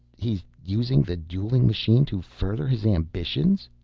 he's using the dueling machine to further his ambitions,